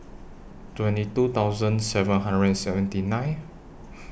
twenty two thousand seven hundred and seventy nine